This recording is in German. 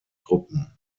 truppen